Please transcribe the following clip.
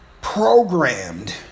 programmed